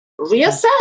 Reassess